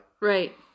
Right